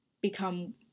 become